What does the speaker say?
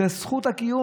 זה זכות הקיום.